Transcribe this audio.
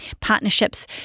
partnerships